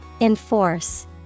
Enforce